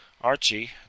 Archie